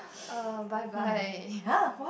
ah bye bye